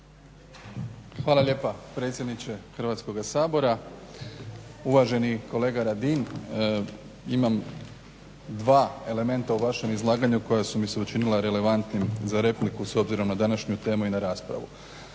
Hvala lijepa predsjedniče Hrvatskoga sabora, uvaženi kolega Radin. Imam dva elementa u vašem izlaganju koja su mi se učinila relevantnim za repliku s obzirom na današnju temu i na raspravu.